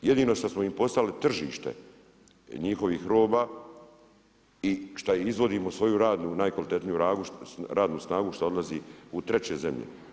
Jedino što smo im postavili tržište njihovih roba i šta izvozimo svoju radnu najkvalitetniju radnu snagu šta odlazi u treće zemlje.